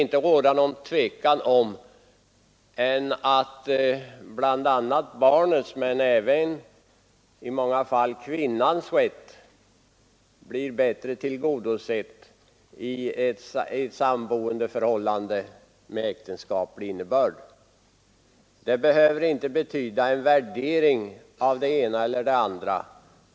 Det råder inget tvivel om att barnets och i många fall även kvinnans rätt bättre tillgodoses i ett samboendeförhållande av äktenskaplig innebörd. Men det betyder inte någon värdering av den ena eller den andra formen.